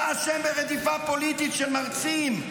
אתה אשם ברדיפה פוליטית של מרצים,